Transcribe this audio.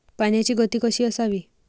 पाण्याची गती कशी असावी?